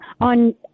on